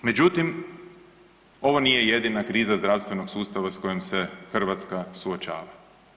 Međutim, ovo nije jedina kriza zdravstvenog sustava s kojom se Hrvatska suočava.